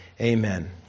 Amen